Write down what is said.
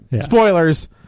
spoilers